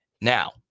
Now